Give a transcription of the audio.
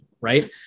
right